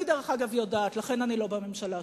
אני, דרך אגב, יודעת, לכן אני לא בממשלה שלך,